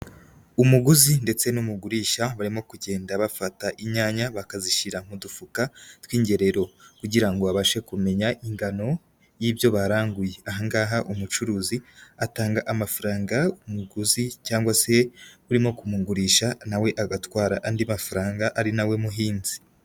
Umuguzi ndetse n'umugurisha barimo kugenda bafata inyanya bakazishyira mu dufuka tw'ingerero kugira ngo babashe kumenya ingano y'ibyo baranguye, aha ngaha umucuruzi atanga amafaranga, umuguzi cyangwa se urimo kumugurisha na we agatwara andi mafaranga ari na we muhinzi.